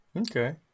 Okay